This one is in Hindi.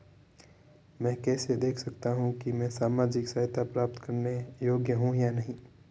मैं कैसे देख सकता हूं कि मैं सामाजिक सहायता प्राप्त करने योग्य हूं या नहीं?